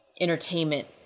entertainment